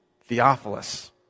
Theophilus